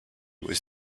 was